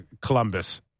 Columbus